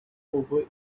over